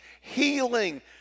healing